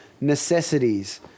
Necessities